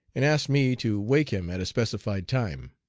and asked me to wake him at a specified time.